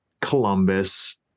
Columbus